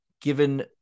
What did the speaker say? given